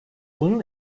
bunun